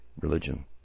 religion